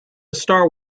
star